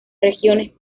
regiones